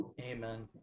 Amen